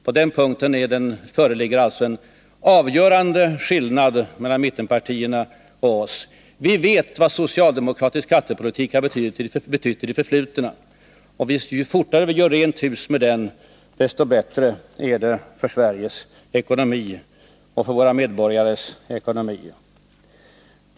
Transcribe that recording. På den punkten föreligger alltså en avgörande skillnad mellan mittenpartierna och oss. Vi vet vad socialdemokratisk skattepolitik har betytt i det förflutna. Och ju fortare vi gör rent hus med den, desto bättre är det för Sveriges ekonomi och för våra medborgares ekonomi.